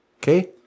Okay